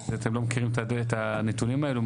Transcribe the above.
אתם לא מכירים את הנתונים האלו?